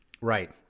Right